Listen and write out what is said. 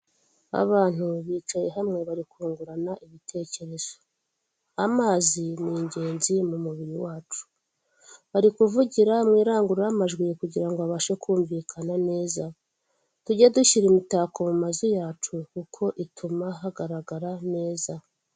Abantu bicaye hamwe bari kungurana ibitekerezo. Amazi ni ingenzi mu mubiri wacu. Ari kuvugira mu irangururamajwi kugira ngo abashe kumvikana neza. Tujye dushyira imitako mu mazu yacu kuko ituma hagaragarara neza.